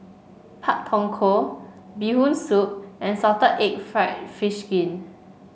Pak Thong Ko Bee Hoon Soup and Salted Egg fried fish skin